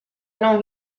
non